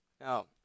Now